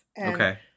Okay